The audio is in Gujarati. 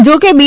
જો કે બી